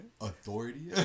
authority